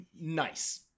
nice